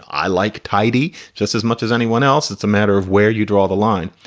i like tidey just as much as anyone else. it's a matter of where you draw the line.